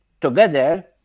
together